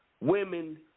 women